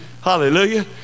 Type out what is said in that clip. Hallelujah